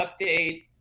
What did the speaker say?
update